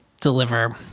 deliver